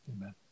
Amen